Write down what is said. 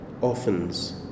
orphans